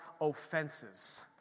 offenses